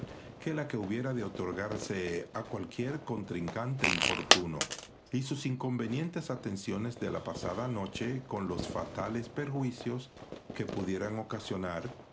que la que hubiera de otorgarse a cualquier contrincante importuno y sus inconvenientes atenciones de la pasada noche con los fatales perjuicios que pudieran ocasionar